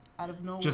out of nowhere.